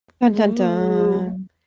Dun-dun-dun